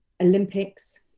Olympics